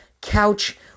couch